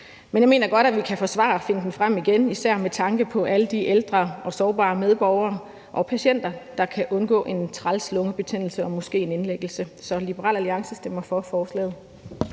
men jeg mener godt, at vi kan forsvare at finde den frem igen, især med tanke på alle de ældre og sårbare medborgere og patienter, der kan undgå en træls lungebetændelse og måske også en indlæggelse. Så Liberal Alliance stemmer for forslaget.